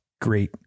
great